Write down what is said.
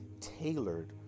tailored